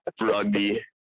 rugby